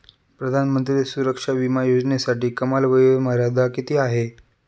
प्रधानमंत्री सुरक्षा विमा योजनेसाठी कमाल वयोमर्यादा किती आहे?